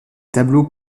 tableaux